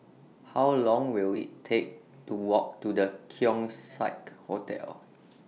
How Long Will IT Take to Walk to The Keong Saik Hotel